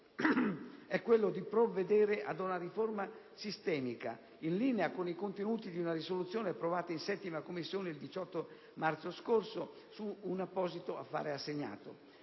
è quello di provvedere a una riforma sistemica, in linea con i contenuti di una risoluzione approvata in 7a Commissione il 18 marzo scorso su un apposito affare assegnato.